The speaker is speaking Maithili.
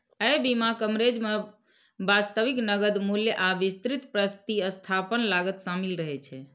अय बीमा कवरेज मे वास्तविक नकद मूल्य आ विस्तृत प्रतिस्थापन लागत शामिल रहै छै